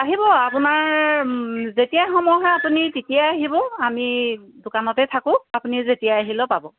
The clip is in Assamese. আহিব আপোনাৰ যেতিয়াই সময় হয় আপুনি তেতিয়াই আহিব আমি দোকানতে থাকোঁ আপুনি যেতিয়াই আহিলেও পাব